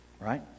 Right